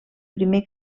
primer